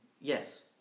Yes